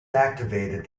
activated